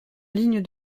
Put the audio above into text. ligne